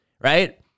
right